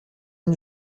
une